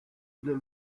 del